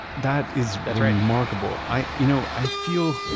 that is remarkable. i you know i feel